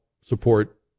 support